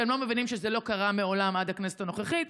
שהם לא מבינים שזה לא קרה מעולם עד הכנסת הנוכחית.